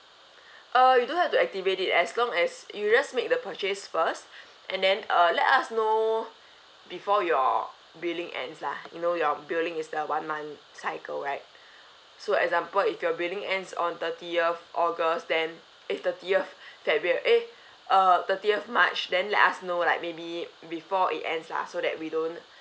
uh you don't have to activate it as long as you just make the purchase first and then uh let us know before your billing ends lah you know your billing is the one month cycle right so example if your billing ends on thirtieth august then eh thirtieth febr~ eh uh thirtieth march then let us know like maybe before it ends lah so that we don't